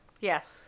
Yes